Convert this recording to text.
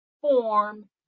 form